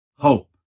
Hope